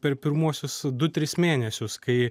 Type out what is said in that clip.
per pirmuosius du tris mėnesius kai